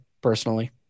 personally